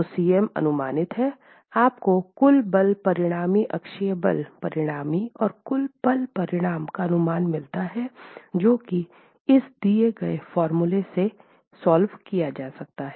तो Cm अनुमानित है आपको कुल बल परिणामी अक्षीय बल परिणामी और कुल पल परिणाम का अनुमान मिलता है